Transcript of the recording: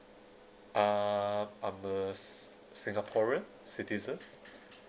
uh I'm a s~ singaporean citizen